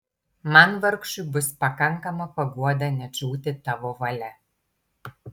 man vargšui bus pakankama paguoda net žūti tavo valia